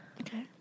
Okay